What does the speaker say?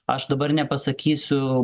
aš dabar nepasakysiu